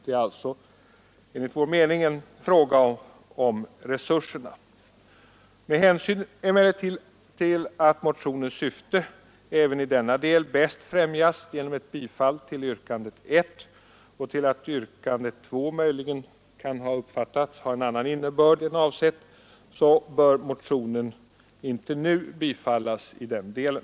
Det är alltså enligt vår mening en fråga om resurserna. Med hänsyn emellertid till att motionens syfte även i denna del bäst främjas genom ett bifall till yrkandet 1 och till att yrkandet 2 möjligen kan uppfattas ha en annan innebörd än som avsetts bör motionen inte nu bifallas i den delen.